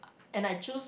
and I choose